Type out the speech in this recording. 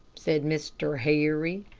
said mr. harry.